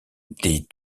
des